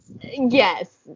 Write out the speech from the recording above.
yes